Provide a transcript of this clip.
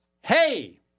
Hey